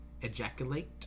ejaculate